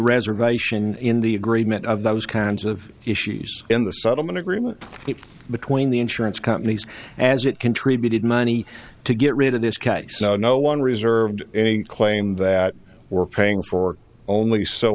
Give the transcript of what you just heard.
reservation in the agreement of those kinds of issues in the settlement agreement between the insurance companies as it contributed money to get rid of this case no one reserved a claim that we're paying for only so